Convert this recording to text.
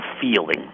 feeling